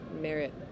merit